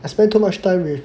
I spent too much time with